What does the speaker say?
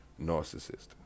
narcissist